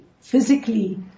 Physically